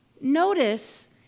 Notice